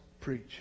preach